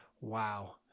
Wow